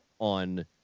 on